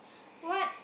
what